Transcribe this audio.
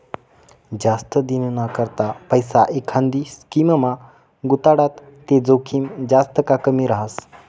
जास्त दिनना करता पैसा एखांदी स्कीममा गुताडात ते जोखीम जास्त का कमी रहास